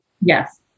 Yes